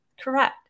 Correct